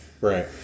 Right